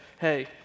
hey